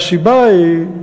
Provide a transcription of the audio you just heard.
והסיבה היא,